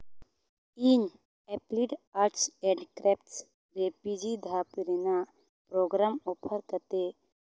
ᱤᱧ applied arts and craft ᱨᱮ PG ᱫᱷᱟᱯ ᱨᱮᱱᱟᱜ ᱯᱨᱳᱜᱨᱟᱢ ᱚᱯᱷᱟᱨ ᱠᱟᱛᱮᱫ